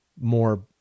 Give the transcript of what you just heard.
more